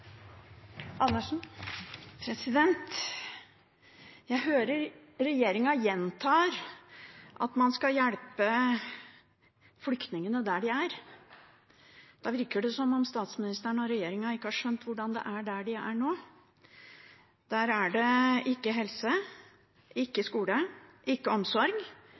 Andersen – til oppfølgingsspørsmål. Jeg hører regjeringen gjenta at man skal hjelpe flyktningene der de er. Da virker det som om statsministeren og regjeringen ikke har skjønt hvordan det er der de er nå. Der er det ikke helse, ikke skole, ikke omsorg.